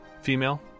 female